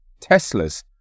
Teslas